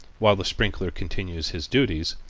while the sprinkler continues his duties,